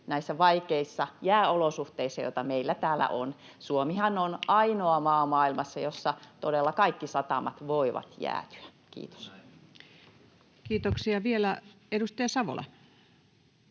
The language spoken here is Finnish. näissä vaikeissa jääolosuhteissa, joita meillä täällä on. Suomihan on maailmassa ainoa maa, jossa todella kaikki satamat voivat jäätyä. — Kiitos. Kiitoksia. — Vielä edustaja Savola.